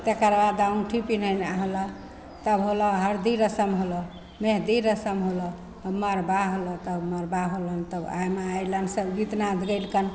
तकर बाद औँठी पिनहेनाइ होलऽ तब होलऽ हरदी रसम होलऽ मेहदी रसम होलऽ मड़बा होलऽ तब मड़बा होलनि तब एहिमे अइलनि सब गीतनाद गेलकनि